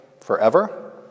forever